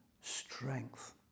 strength